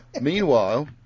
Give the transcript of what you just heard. Meanwhile